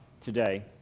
today